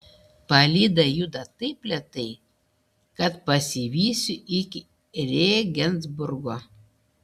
palyda juda taip lėtai kad pasivysiu iki rėgensburgo